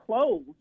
closed